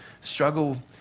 struggle